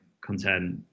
content